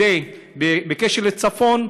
בקשר לצפון,